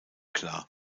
klar